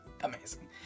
Amazing